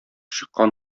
чыккан